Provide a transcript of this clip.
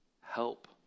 Help